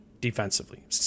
defensively